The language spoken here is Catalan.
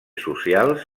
socials